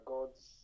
Gods